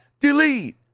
delete